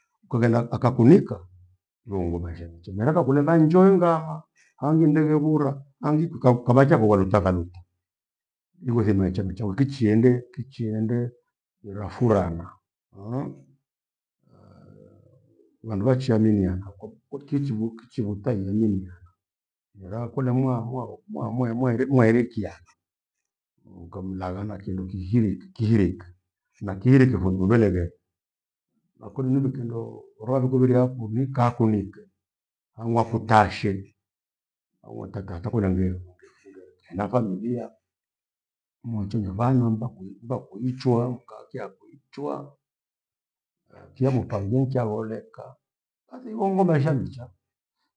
Ukaghenda akakunika lungu maisha micha mira kwakulenda enjoy ngama hangi ndengebhura hangi kuka- ukavachia phafo kwaruta kaduti. Iwe thi mecha mecha wechiende kichiende irafurana vandu vaachiani nihiana kwaku kakichivu kichivu tai yaniiana mira kole mwamwa mwamwe- mweiri mweirikiana ukamlagha na kindo kihiriki kihiriki na kihiri kifundu veleghe. Nakunu niki kindoo rwaarikuviria kuvika kunii hang'waa kutashe hang'wa tata ata kole gheo naghifunghe hena familia. Imwache nyuvana mbakwii, mbakwi kuichwa, mka aki akwikiichwa. Hakia bupambe nikyavoleka bathi uongo maisha mechaa